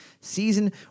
season